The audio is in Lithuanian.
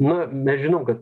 na mes žinom kad